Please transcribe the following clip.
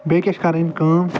بیٚیہِ کیٛاہ چھِ کَرٕنۍ کٲم